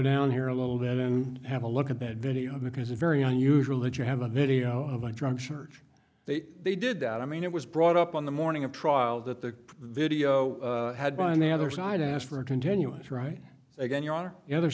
down here a little bit and have a look at that video because it's very unusual that you have a video of a drunk church they did that i mean it was brought up on the morning of trial that the video had been on the other side asked for a continuance right again you're on the other